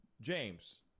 James